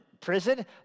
prison